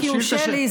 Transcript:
רק יורשה לי,